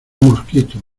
mosquito